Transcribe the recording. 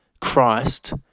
Christ